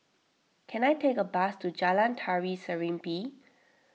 can I take a bus to Jalan Tari Serimpi